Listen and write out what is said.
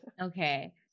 Okay